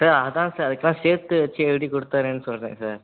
sir அதான் sir இப்போ தான் சேர்த்து வச்சி எழுதி கொடுத்தர்றேன்னு சொல்லுறேன் சார்